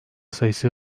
sayısı